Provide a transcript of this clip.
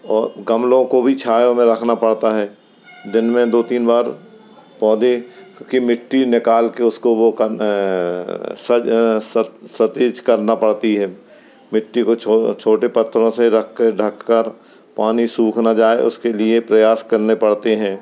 और गमलों को भी छायों में रखना पड़ता है दिन में दो तीन बार पौधे क की मिट्टी निकाल कर उसको वो कर सज सतिच करना पड़ती है मिट्टी को छो छोटे पत्थरों से रख कर ढ़क कर पानी सूख न जाए उसके लिए प्रयास करने पड़ते हैं